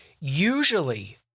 Usually